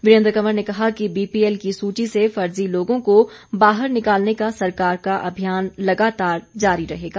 वीरेन्द्र कंवर ने कहा कि बीपीएल की सूची से फर्जी लोगों को बाहर निकालने का सरकार का अभियान लगातार जारी रहेगा